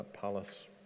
palace